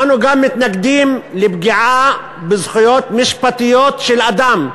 אנו גם מתנגדים לפגיעה בזכויות משפטיות של אדם,